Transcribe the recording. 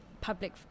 public